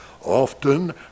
often